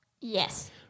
Yes